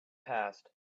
passed